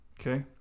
Okay